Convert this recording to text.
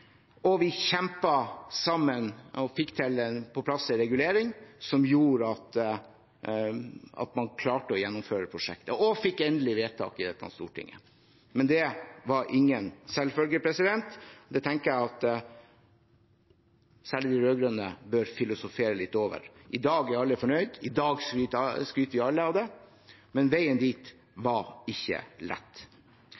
Vi kjempet sammen og fikk på plass en regulering som gjorde at man klarte å gjennomføre prosjektet, og fikk endelig vedtak i Stortinget. Men det var ingen selvfølge. Det tenker jeg at særlig de rød-grønne bør filosofere litt over. I dag er alle fornøyd. I dag skryter alle av det. Men veien dit